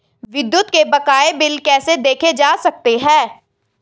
विद्युत के बकाया बिल कैसे देखे जा सकते हैं?